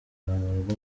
murugo